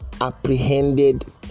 apprehended